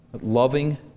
Loving